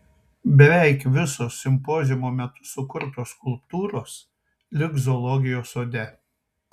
beveik visos simpoziumo metu sukurtos skulptūros liks zoologijos sode